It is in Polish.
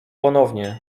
ponownie